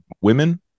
women